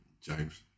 James